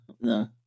no